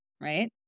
right